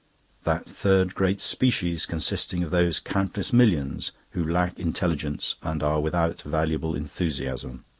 that third great species consisting of those countless millions who lack intelligence and are without valuable enthusiasm.